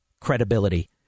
credibility